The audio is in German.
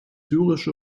syrische